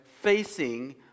facing